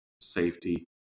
safety